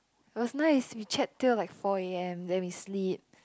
it was nice we chat till like four a_m then we sleep